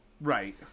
Right